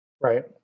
Right